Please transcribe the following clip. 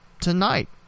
tonight